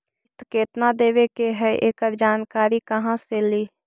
किस्त केत्ना देबे के है एकड़ जानकारी कहा से ली?